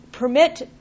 permit